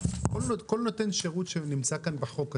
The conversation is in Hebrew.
כל נותן שירות שנמצא כאן בחוק הזה,